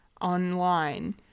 online